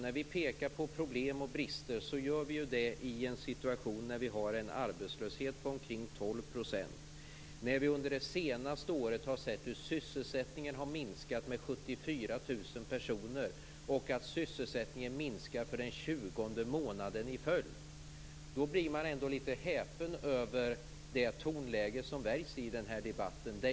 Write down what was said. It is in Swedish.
När vi pekar på problem och brister så gör vi det i en situation när vi har en arbetslöshet på omkring 12 %, när vi under det senaste året har sett hur sysselsättningen har minskat med 74 000 personer och hur sysselsättningen har minskat för den 20 månader i följd. Då blir man litet häpen över det tonläge som väljs i den här debatten.